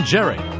Jerry